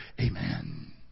Amen